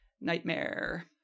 Nightmare